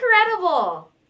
incredible